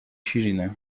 شیرینه